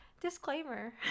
Disclaimer